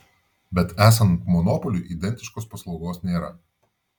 bet esant monopoliui identiškos paslaugos nėra